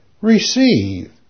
receive